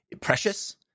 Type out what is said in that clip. precious